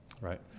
Right